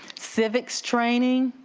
civics training.